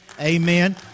Amen